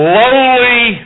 lowly